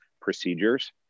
procedures